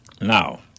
Now